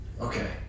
Okay